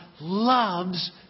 loves